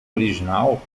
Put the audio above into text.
original